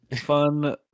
Fun